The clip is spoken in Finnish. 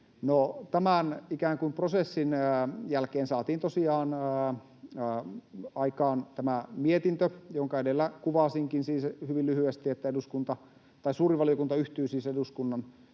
kuin prosessin jälkeen saatiin aikaan tämä mietintö, jonka edellä kuvasinkin, siis hyvin lyhyesti, että suuri valiokunta yhtyy eduskunnan